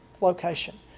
location